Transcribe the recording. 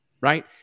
right